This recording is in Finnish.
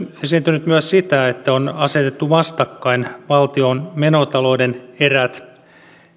esiintynyt myös sitä että on asetettu vastakkain valtion menotalouden erät